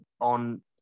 on